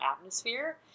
atmosphere